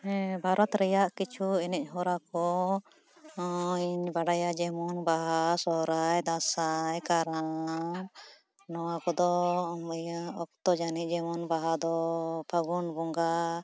ᱦᱮᱸ ᱵᱷᱟᱨᱚᱛ ᱨᱮᱭᱟᱜ ᱠᱤᱪᱷᱩ ᱮᱱᱮᱡ ᱦᱚᱨᱟ ᱠᱚᱧ ᱵᱟᱰᱟᱭᱟ ᱡᱮᱢᱚᱱ ᱵᱟᱦᱟ ᱥᱚᱦᱚᱨᱟᱭ ᱫᱟᱸᱥᱟᱭ ᱠᱟᱨᱟᱢ ᱱᱚᱣᱟ ᱠᱚᱫᱚ ᱤᱭᱟᱹ ᱚᱠᱛᱚ ᱡᱟᱱᱤᱡ ᱡᱮᱢᱚᱱ ᱵᱟᱦᱟ ᱫᱚ ᱯᱷᱟᱹᱜᱩᱱ ᱵᱚᱸᱜᱟ